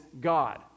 God